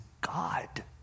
God